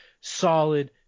solid